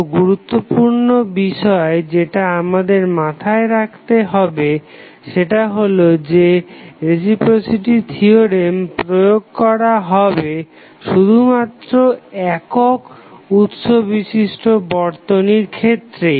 তো গুরুত্বপূর্ণ বিষয় যেটা আমাদের মাথায় রাখতে হবে সেটা হলো যে রেসিপ্রোসিটি থিওরেম প্রয়োগ করা যাবে শুধুমাত্র একক উৎস বিশিষ্ট বর্তনীর ক্ষেত্রেই